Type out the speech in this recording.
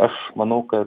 aš manau kad